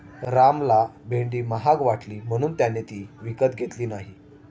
रामला भेंडी महाग वाटली म्हणून त्याने ती विकत घेतली नाही